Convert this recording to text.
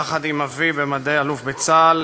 יחד עם אבי במדי אלוף בצה"ל,